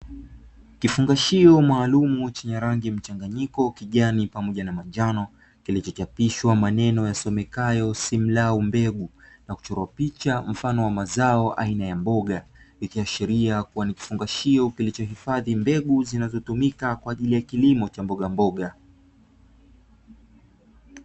Kifungashio maalumu chenye rangi mchanganyiko kijani pamoja na manjano, kilichochapishwa maneno yasomekayo "Sim law mbegu" na kuchorwa picha mfano wa mazao aina ya mboga, ikiashiria kuwa ni kifungashio kilichohifadhi mbegu zinazotumika kwa ajili ya kilimo cha mbogamboga.